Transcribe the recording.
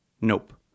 Nope